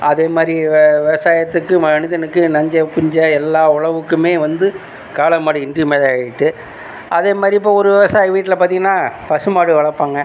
அதேமாதிரி வ விவசாயத்துக்கு மனிதனுக்கு நஞ்சை புஞ்சை எல்லா உழவுக்குமே வந்து காளைமாடு இன்றியமையாதாகிட்டு அதேமாதிரி இப்போ ஒரு விவசாயி வீட்டில் பார்த்தீங்கன்னா பசுமாடு வளர்ப்பாங்க